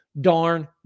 darn